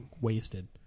wasted